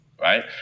right